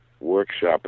Workshop